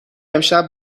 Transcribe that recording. امشب